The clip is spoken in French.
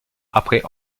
après